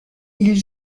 ils